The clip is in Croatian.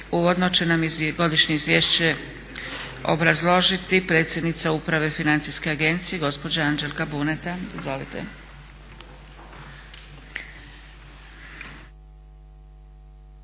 Uvodno će nam godišnje izvješće obrazložiti predstavnica Uprave Financijske agencije gospođa Anđelka Buneta. Izvolite.